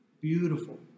beautiful